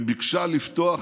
וביקשה לפתוח,